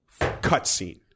cutscene